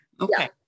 Okay